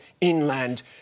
inland